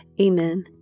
Amen